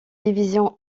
divisions